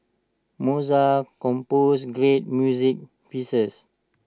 Mozart composed great music pieces